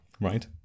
Right